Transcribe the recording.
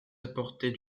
apportait